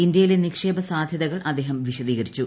ഇന്ത്യയിലെ നിക്ഷേപ സാധൃതകൾ അദ്ദേഹം വിശദീകരിച്ചു